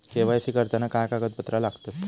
KYC करताना काय कागदपत्रा लागतत?